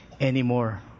anymore